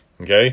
Okay